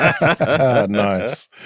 Nice